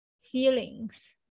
feelings